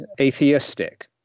atheistic